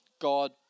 God